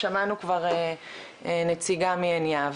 שמענו כבר נציגה מעין יהב.